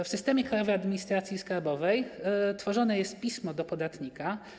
W systemie Krajowej Administracji Skarbowej tworzone jest pismo do podatnika.